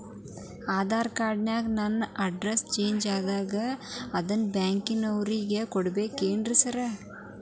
Aadhaar card ನ್ಯಾಗ ನನ್ address change ಆಗ್ಯಾದ ಅದನ್ನ ಬ್ಯಾಂಕಿನೊರಿಗೆ ಕೊಡ್ಬೇಕೇನ್ರಿ ಸಾರ್?